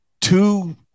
two